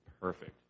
perfect